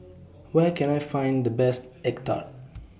Where Can I Find The Best Egg Tart